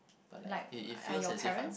but like it it feels as if I'm